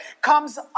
comes